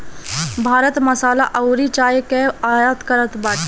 भारत मसाला अउरी चाय कअ आयत करत बाटे